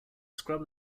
scrub